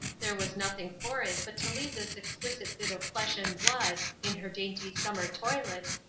there was nothing for it but to lead this exquisite bit of flesh and blood, in her dainty summer toilet,